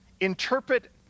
Interpret